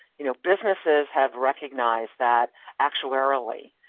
you know businesses have recognized that actuarially,